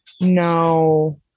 no